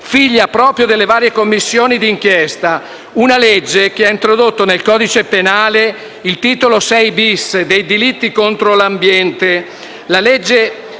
figlia proprio delle varie Commissioni di inchiesta, una legge che ha introdotto nel codice penale il Titolo VI-*bis* «Dei delitti contro l'ambiente».